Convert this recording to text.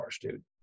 dude